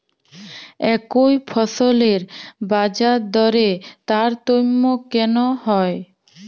একই ফসলের বাজারদরে তারতম্য কেন হয়?